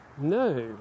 No